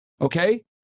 Okay